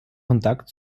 kontakt